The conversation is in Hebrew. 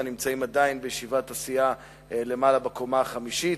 נמצאים עדיין בישיבת הסיעה למעלה בקומה החמישית.